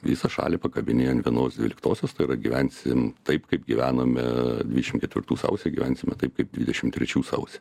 visą šalį pakabini ant vienos dvyliktosios tai yra gyvensim taip kaip gyvenome dvidešimt ketvirtų sausį gyvensime taip kaip dvidešimt trečių sausį